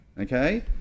okay